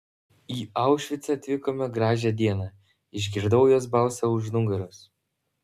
į aušvicą atvykome gražią dieną išgirdau jos balsą už nugaros